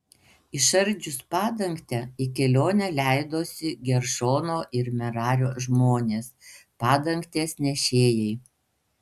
išardžius padangtę į kelionę leidosi geršono ir merario žmonės padangtės nešėjai